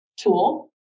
tool